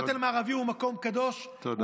הכותל המערבי הוא מקום קדוש, תודה.